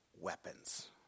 weapons